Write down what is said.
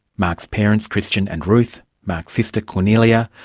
mark's parents, christian and ruth, mark's sister, kornelia,